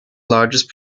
largest